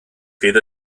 fydd